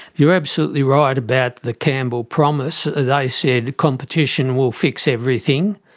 you're absolutely right about the campbell promise, they said competition will fix everything.